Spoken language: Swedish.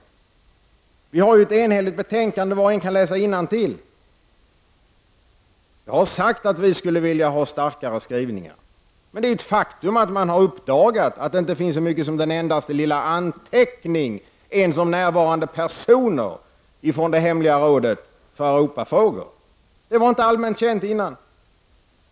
Vi har ett enhälligt betänkande, och var och en kan läsa innantill. Jag har sagt att vi skulle vilja ha starkare skrivningar. Men det är ett faktum att man har uppdagat att det inte finns den endaste lilla anteckning ens om närvarande personer från det hemliga rådet för Europafrågor. Det var tidigare inte allmänt känt.